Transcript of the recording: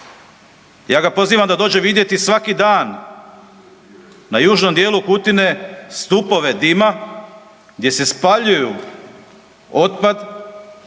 Ja ga pozivam da dođe vidjeti svaki dan na južnom dijelu Kutine stupove dima gdje se spaljuje otpad